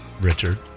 Richard